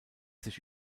sich